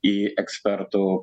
į ekspertų